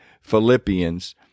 Philippians